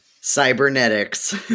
cybernetics